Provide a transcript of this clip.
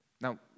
Now